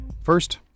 First